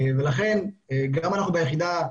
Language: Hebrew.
ולכן גם אנחנו ביחידה,